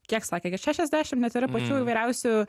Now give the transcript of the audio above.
kiek sakė kad šešiasdešimt yra pačių įvairiausių